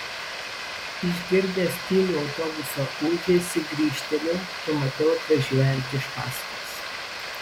išgirdęs tylų autobuso ūžesį grįžteliu pamatau atvažiuojant iš paskos